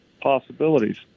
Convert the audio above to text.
possibilities